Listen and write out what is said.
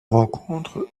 rencontre